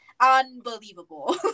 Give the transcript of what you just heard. unbelievable